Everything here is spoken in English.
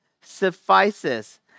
suffices